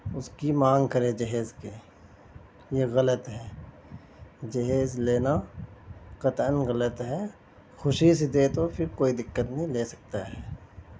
اس کی مانگ کرے جہیز کی یہ غلط ہے جہیز لینا قطعاً غلط ہے خوشی سے دے تو پھر کوئی دقت نہیں لے سکتے ہیں